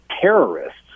terrorists